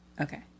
okay